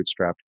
bootstrapped